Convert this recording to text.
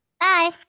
Bye